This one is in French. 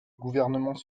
gouvernement